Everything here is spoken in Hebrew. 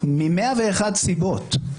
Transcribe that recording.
ממאה ואחת סיבות,